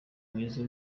mwiza